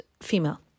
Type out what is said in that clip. female